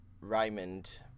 Raymond